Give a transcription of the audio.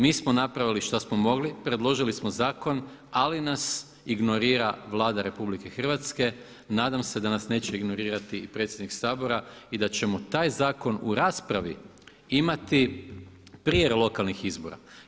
Mi smo napravili šta smo mogli, predložili smo zakon ali nas ignorira Vlada RH, nadam se da nas neće ignorirati i predsjednik Sabora i da ćemo taj zakon u raspravi imati prije lokalnih izbora.